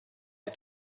les